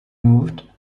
moved